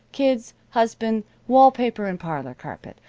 kids, husband, wall paper and parlor carpet.